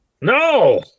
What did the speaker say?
No